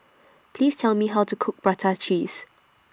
Please Tell Me How to Cook Prata Cheese